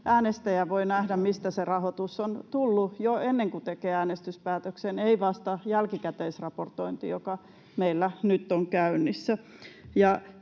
äänestäjä voi nähdä, mistä se rahoitus on tullut, jo ennen kuin tekee äänestyspäätöksen, ei vasta jälkikäteisraportoinnin kautta, joka meillä nyt on käynnissä.